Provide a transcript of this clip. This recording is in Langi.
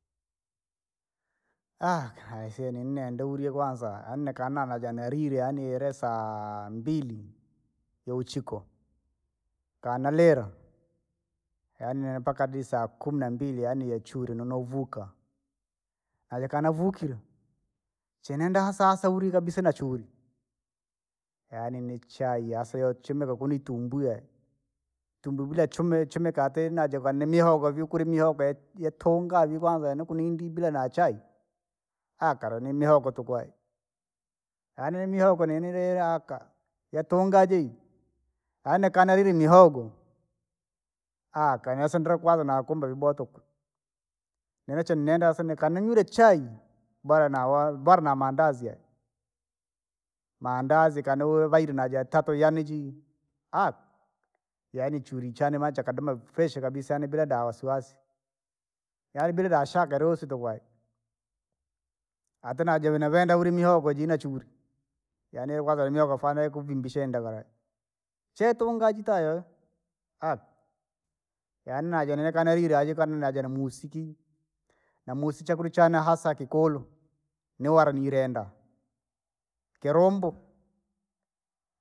kila aisee ninaenda uriya kwanza, yaani nakana naja nalile yaani ile saa mbili, yauchiko, kanalire, yaani nempaka saa kumi nambili yaani yachuri nonovuka. Alikanavukire, cheneenda hasa hasa uri kabisa nachuri, yaani nichai yasichumika kuni itumbwi yee, itumbwi bila chumi chimika ati naja kwa nimihogo viukuli mihogo yatunga vii kwanza yaani kunu indi bila nachai. Hakalo ni mihogo tuku hari, yaani mihogo nanrire haka, yatunga jei, yaani kana irire imihogo, aka nasindro kuwaza na kumbe viboa tuku. Nini che nenda sana kaninywire chai, bora na wari, bora damandazi yaani, mandazi kanawovaire najatatu yaani jii, ara yaani churi chane chakadoma fresh kabisa yaani bila dawasiwasi. Yaani bila damashaka yosi tuku aye, ati najivenavenda urya imihogo jina chuuri, yaani kwanza imihogi fwana ukuvimbisha indagala. Chetungajitayao, aka yaani naja nekananilile ajikana naja namusiki, namusicha chakula chana hasa kikulu. Niwale ni ilenda, kilumbu,